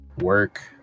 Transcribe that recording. work